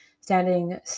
standing